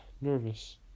nervous